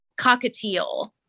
Cockatiel